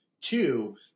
Two